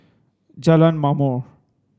Jalan Ma'mor